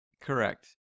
correct